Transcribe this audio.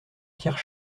pierre